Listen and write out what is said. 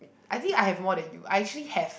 I think I have more than you I actually have